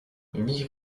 huit